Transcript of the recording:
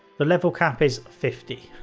the level cap is fifty.